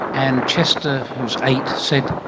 and chester, who's eight said,